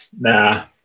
nah